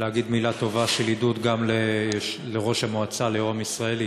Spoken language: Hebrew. להגיד מילה טובה של עידוד גם לראש המועצה יורם ישראלי